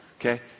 Okay